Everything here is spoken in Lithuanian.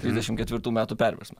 trisdešim ketvirtų metų perversmą